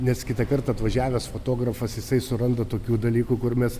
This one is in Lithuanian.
nes kitą kartą atvažiavęs fotografas jisai suranda tokių dalykų kur mes